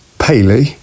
Paley